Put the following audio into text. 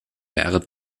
wäre